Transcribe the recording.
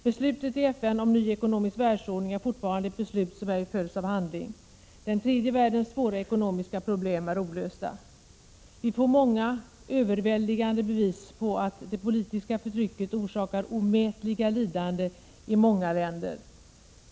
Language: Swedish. Beslutet i FN om en ny ekonomisk världsordning är fortfarande ett beslut som ej följts av handling. Den tredje världens svåra ekonomiska problem är olösta. Vi får många överväldigande bevis på att det politiska förtrycket orsakar omätliga lidanden i många länder.